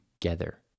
together